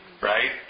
right